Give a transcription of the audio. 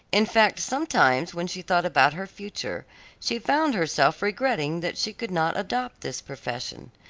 in fact sometimes when she thought about her future she found herself regretting that she could not adopt this profession.